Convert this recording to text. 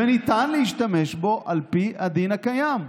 וניתן להשתמש בו על פי הדין הקיים.